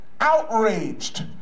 outraged